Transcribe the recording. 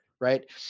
Right